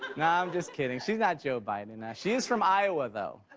no, i'm just can iing. she's not joe biden. she is from iowa though.